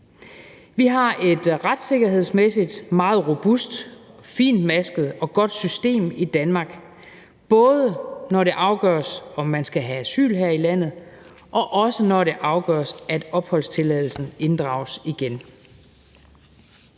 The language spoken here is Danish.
Vi har et retssikkerhedsmæssigt meget robust og fintmasket og godt system i Danmark, både når det afgøres, om man skal have asyl her i landet, og også når det afgøres, at opholdstilladelsen inddrages igen.